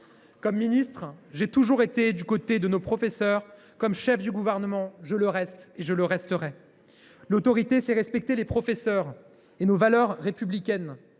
Comme ministre, j’ai toujours été du côté de nos professeurs. Comme chef du Gouvernement, je le reste et je le resterai. L’autorité, c’est respecter les professeurs et nos valeurs républicaines.